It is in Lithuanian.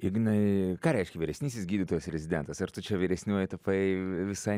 ignai ką reiškia vyresnysis gydytojas rezidentas ar tu čia vyresniuoju tapai visai